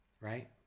right